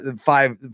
five